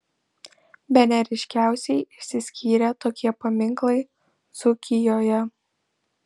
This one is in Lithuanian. bene ryškiausiai išsiskyrė tokie paminklai dzūkijoje